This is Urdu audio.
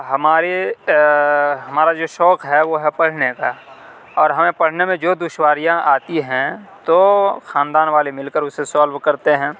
ہمارے ہمارا جو شوق ہے وہ ہے پڑھنے کا اور ہمیں پڑھنے میں جو دشواریاں آتی ہیں تو خاندان والے مل کر اسے سالو کر تے ہیں